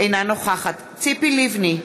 אינה נוכחת ציפי לבני,